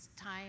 time